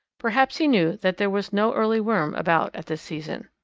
perhaps he knew that there was no early worm about at this season.